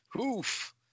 Oof